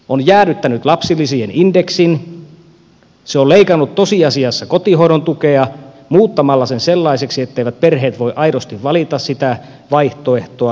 se on leikannut tosiasiassa kotihoidon tukea muuttamalla sen sellaiseksi etteivät perheet voi aidosti valita sitä vaihtoehtoa